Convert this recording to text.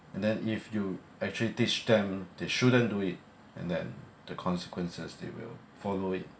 and then if you actually teach them they shouldn't do it and then the consequences they will follow it